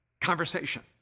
conversation